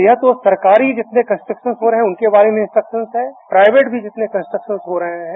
या तो सरकारी जितने कंस्ट्रक्शन हैं उनके बारे में इंस्ट्रक्शन हैं प्राइवेट जितने कंस्ट्रक्शन हो रहे हैं